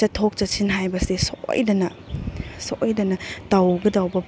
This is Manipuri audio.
ꯆꯠꯊꯣꯛ ꯆꯠꯁꯤꯟ ꯍꯥꯏꯕꯁꯦ ꯁꯣꯏꯗꯅ ꯁꯣꯏꯗꯅ ꯇꯧꯒꯗꯧꯕ